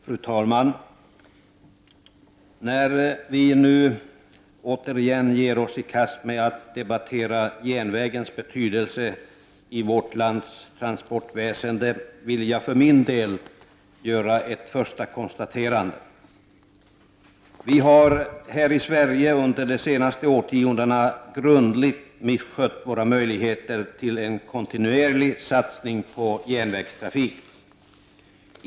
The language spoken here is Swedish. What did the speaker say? Fru talman! När vi åter ger oss i kast med att debattera järnvägens betydelse i vårt lands transportväsende vill jag för min del göra ett första konstaterande. Vi har här i Sverige under de senaste årtiondena grundligt misskött våra möjligheter till en kontinuerlig satsning på järnvägstrafik.